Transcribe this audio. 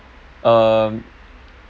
um